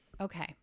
okay